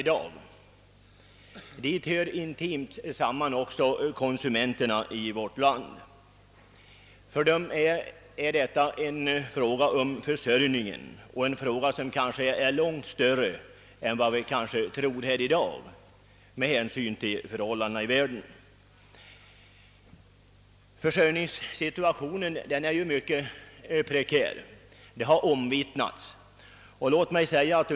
Med denna fråga sammanhänger också frågan om konsumenternas försörjning med livsmedel, och den är kanske ett långt större problem än vad man tror med hänsyn till förhållandena ute i världen. Det har omvittnats att försörjningssituationen är mycket prekär totalt sett.